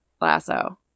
lasso